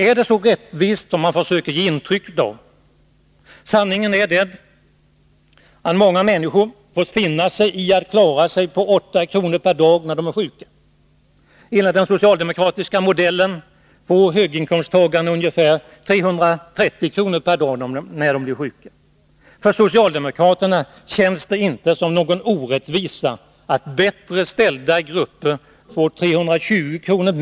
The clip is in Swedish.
Är det så rättvist som man försöker ge intryck av? Sanningen är att många människor får finna sig i att klara sig på 8 kr. per dag när de är sjuka. Enligt den socialdemokratiska modellen får höginkomsttagarna ungefär 330 kr. per dag när de blir sjuka. För socialdemokraterna upplevs det tydligen inte som någon orättvisa att bättre ställda grupper får 320 kr.